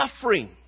suffering